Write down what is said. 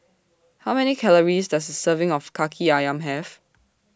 How Many Calories Does A Serving of Kaki Ayam Have